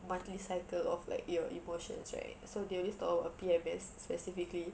monthly cycle of like your emotions right so they always talk about P_M_S specifically